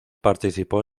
participó